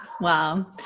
Wow